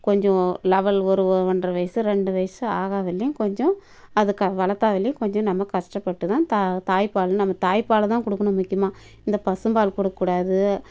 கொஞ்சம் லெவல் ஒரு ஒன்றரை வயசு ரெண்டு வயசு ஆகிற வரையிலேயும் கொஞ்சம் அதுக்கு வளர்த்துற வரையிலும் கொஞ்சம் நம்ம கஷ்டப்பட்டு தான் தா தாய்ப்பால் நம்ம தாய்ப்பால் தான் கொடுக்கணும் முக்கியமாக இந்த பசும்பால் கொடுக்க கூடாது